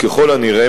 ככל הנראה,